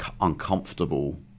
uncomfortable